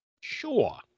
Sure